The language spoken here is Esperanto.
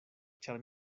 ĉar